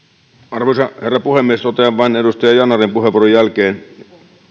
arvoisa herra puhemies totean vain edustaja yanarin puheenvuoron jälkeen